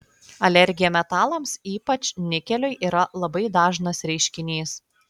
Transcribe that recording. alergija metalams ypač nikeliui yra labai dažnas reiškinys